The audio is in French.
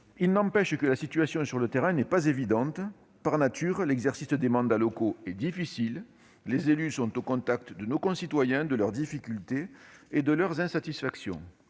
Il n'empêche que la situation sur le terrain n'est pas évidente. Par nature, l'exercice des mandats locaux est difficile. Les élus sont au contact de nos concitoyens, de leurs difficultés et de leurs insatisfactions.